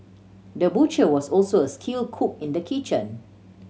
the butcher was also a skilled cook in the kitchen